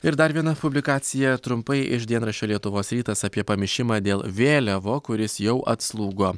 ir dar viena publikacija trumpai iš dienraščio lietuvos rytas apie pamišimą dėl vėliavo kuris jau atslūgo